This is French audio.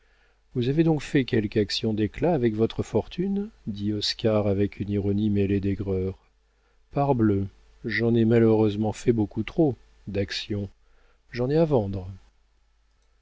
vous avez donc fait quelque action d'éclat avec votre fortune dit oscar avec une ironie mêlée d'aigreur parbleu j'en ai malheureusement fait beaucoup trop d'actions j'en ai à vendre